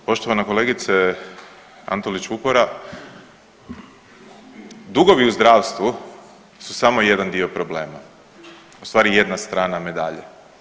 Poštovana kolegice Antolić Vupora, dugovi u zdravstvu su samo jedan dio problema u stvari jedna strana medalje.